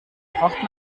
braucht